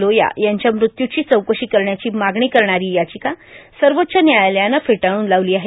लोया यांच्या मृत्यूची चौकशी करण्याची मागणी करणारी याचिका सर्वोच्व न्यायालयानं फेटाळून लावली आहे